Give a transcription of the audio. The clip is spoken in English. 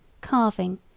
carving